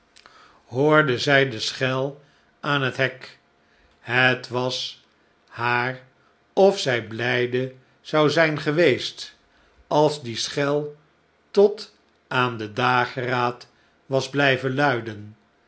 hoorde zij de schel aan het hek het was haar of zij blijde zou zijn geweest als die schel tot aan den dageraad was blijven luiden